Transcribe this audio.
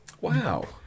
Wow